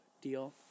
deal